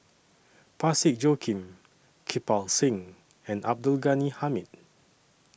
Parsick Joaquim Kirpal Singh and Abdul Ghani Hamid